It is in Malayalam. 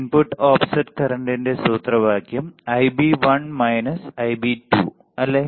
ഇൻപുട്ട് ഓഫ്സെറ്റ് കറന്റിന്റെ സൂത്രവാക്യം | Ib1 Ib2 | അല്ലേ